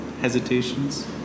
hesitations